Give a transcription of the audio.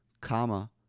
comma